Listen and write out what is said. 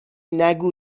نگو